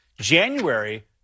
January